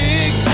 Big